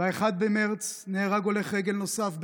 ב-1 במרץ נהרג הולך רגל נוסף,